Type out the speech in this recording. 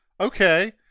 Okay